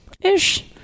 ish